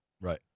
Right